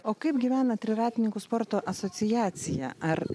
o kaip gyvena dviratininkų sporto asociacija ar